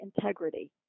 integrity